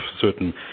certain